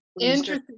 interesting